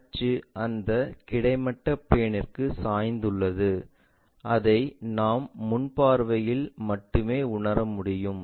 அச்சு அந்த கிடைமட்ட பிளேன்ற்கு சாய்ந்துள்ளது அதை நாம் முன் பார்வையில் மட்டுமே உணர முடியும்